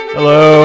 Hello